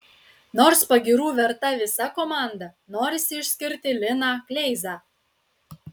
nors pagyrų verta visa komanda norisi išskirti liną kleizą